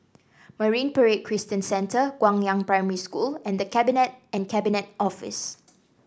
Marine Parade Christian Centre Guangyang Primary School and The Cabinet and Cabinet Office